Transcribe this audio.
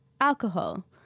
alcohol